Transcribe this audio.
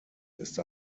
ist